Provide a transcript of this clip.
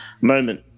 moment